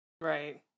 right